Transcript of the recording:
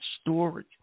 story